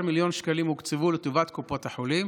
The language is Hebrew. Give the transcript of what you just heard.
14 מיליון שקלים הוקצבו לטובת קופות החולים.